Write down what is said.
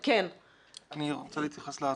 אני רוצה להתייחס להצעה.